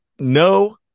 No